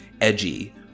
edgy